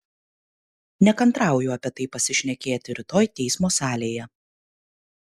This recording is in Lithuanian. nekantrauju apie tai pasišnekėti rytoj teismo salėje